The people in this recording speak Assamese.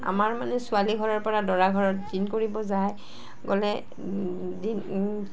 আমাৰ মানে ছোৱালী ঘৰৰ পৰা দৰা ঘৰত দিন কৰিব যায় গ'লে দিন